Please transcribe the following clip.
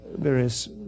various